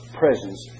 presence